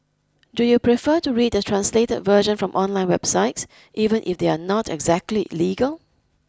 do you prefer to read the translated version from online websites even if they are not exactly legal